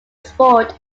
sport